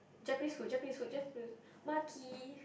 Japanese food Japanese food Japanese food maki